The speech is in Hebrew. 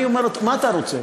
אני אומר לו: מה אתה רוצה?